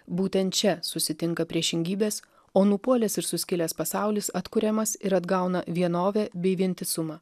būtent čia susitinka priešingybės o nupuolęs ir suskilęs pasaulis atkuriamas ir atgauna vienovę bei vientisumą